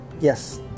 Yes